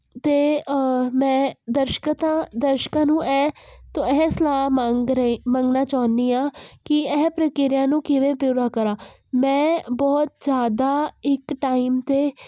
ਅਤੇ ਮੈਂ ਦਰਸ਼ਕਤਾ ਦਰਸ਼ਕਾਂ ਨੂੰ ਇਹ ਤ ਇਹ ਸਲਾਹ ਮੰਗ ਰਹੀ ਮੰਗਣਾ ਚਾਹੁੰਦੀ ਹਾਂ ਕਿ ਇਹ ਪ੍ਰਕਿਰਿਆ ਨੂੰ ਕਿਵੇਂ ਪੂਰਾ ਕਰਾਂ ਮੈਂ ਬਹੁਤ ਜ਼ਿਆਦਾ ਇੱਕ ਟਾਈਮ 'ਤੇ